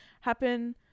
happen